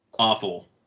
awful